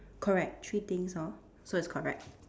correct three things hor so it's correct